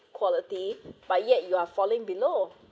quality but yet you are falling below